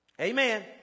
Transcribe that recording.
Amen